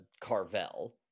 Carvel